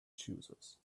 choosers